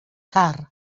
car